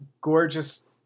gorgeous